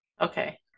okay